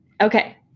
Okay